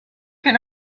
can